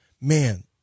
man